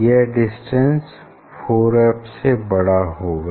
यह distance 4f से बड़ा होगा